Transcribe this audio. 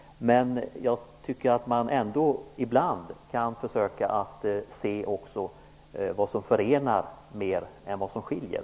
Men jag tycker ändå att man ibland kan försöka se det som förenar mer än det som skiljer.